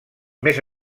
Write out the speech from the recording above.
més